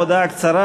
הודעה קצרה.